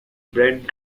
brent